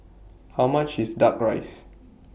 How much IS Duck Rice